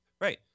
Right